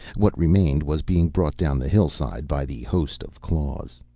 what remained was being brought down the hillside by the host of claws.